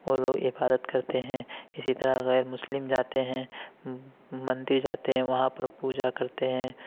وہ لوگ عبادت کرتے ہیں اسی طرح غیر مسلم جاتے ہیں مندر جاتے ہیں وہاں پر پوجا کرتے ہیں